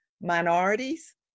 minorities